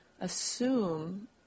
assume